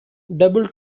double